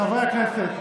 חברי הכנסת,